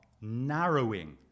narrowing